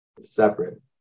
separate